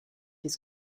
his